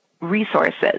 resources